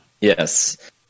Yes